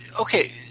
Okay